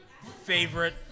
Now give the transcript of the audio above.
favorite